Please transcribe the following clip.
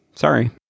Sorry